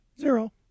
Zero